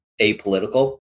apolitical